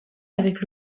avec